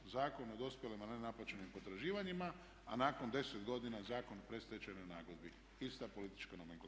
Zakon o dospjelim a ne naplaćenim potraživanjima, a nakon 10 godina Zakon o predstečajnoj nagodbi ista politička nomenklatura.